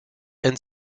and